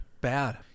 bad